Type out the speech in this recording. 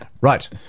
Right